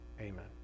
Amen